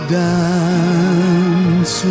dance